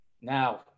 Now